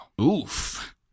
Oof